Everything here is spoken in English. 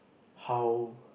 how